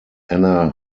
anna